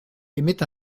émet